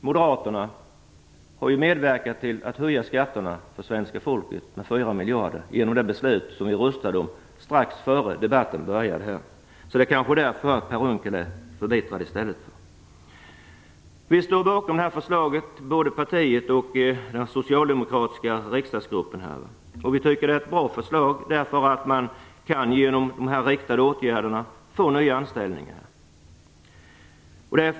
Moderaterna har medverkat till att höja skatterna för svenska folket med 4 miljarder genom det beslut som vi röstade om strax innan denna debatt började. Det är kanske därför han är förbittrad. Vi står bakom detta förslag, både partiet och den socialdemokratiska riksdagsgruppen. Vi tycker att det är ett bra förslag. Genom dessa riktade åtgärder kan man få till stånd nya anställningar.